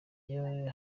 yewe